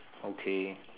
okay